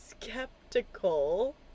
Skeptical